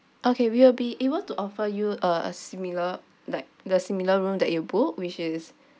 okay we'll be able to offer you a similar like the similar room that you book which is